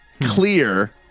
Clear